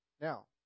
Now